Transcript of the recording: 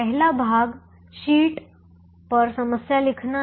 पहला भाग शीट पर समस्या लिखना है